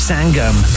Sangam